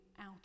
out